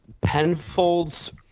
Penfold's